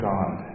God